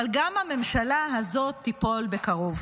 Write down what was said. אבל גם הממשלה הזאת תיפול בקרוב